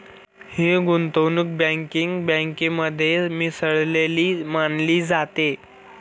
ही गुंतवणूक बँकिंग बँकेमध्ये मिसळलेली मानली जाते